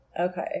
Okay